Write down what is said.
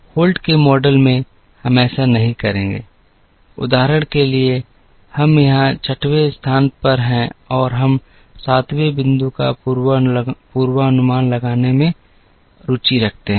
Holt के model में हम ऐसा नहीं करेंगे उदाहरण के लिए हम यहां 6 वें स्थान पर हैं और हम 7 वें बिंदु का पूर्वानुमान लगाने में रुचि रखते हैं